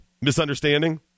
Misunderstanding